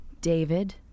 David